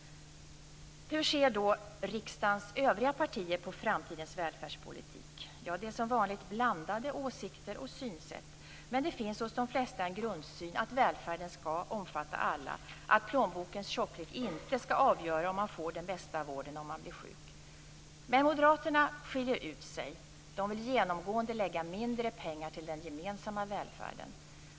Hur ser då riksdagens övriga partier på framtidens välfärdspolitik? Ja, det är som vanligt blandade åsikter och synsätt. Men det finns hos de flesta en grundsyn att välfärden skall omfatta alla och att plånbokens tjocklek inte skall avgöra om man får den bästa vården när man blir sjuk. Men moderaterna skiljer ut sig. De vill genomgående lägga mindre pengar till den gemensamma välfärden.